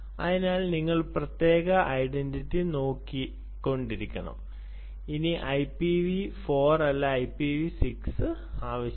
അതിനാൽ നിങ്ങൾ പ്രത്യേക ഐഡന്റിറ്റി നോക്കിക്കൊണ്ടിരിക്കണം ഇനി IPv4 അല്ല IPv6 ആവശ്യമാണ്